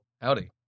howdy